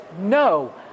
no